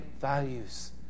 values